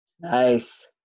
nice